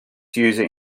user